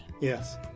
Yes